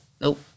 Nope